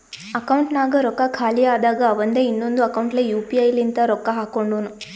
ಅಕೌಂಟ್ನಾಗ್ ರೊಕ್ಕಾ ಖಾಲಿ ಆದಾಗ ಅವಂದೆ ಇನ್ನೊಂದು ಅಕೌಂಟ್ಲೆ ಯು ಪಿ ಐ ಲಿಂತ ರೊಕ್ಕಾ ಹಾಕೊಂಡುನು